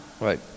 Right